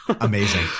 Amazing